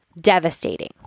devastating